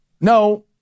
No